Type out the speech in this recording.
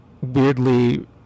weirdly